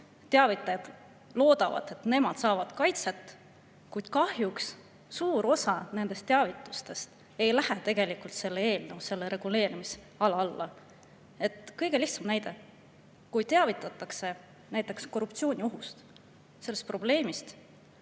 Teavitajad loodavad, et nad saavad kaitset, kuid kahjuks suur osa nendest teavitustest ei lähe tegelikult selle eelnõu reguleerimisala alla. Kõige lihtsam näide: kui teavitatakse näiteks korruptsiooniohust, sellisest probleemist,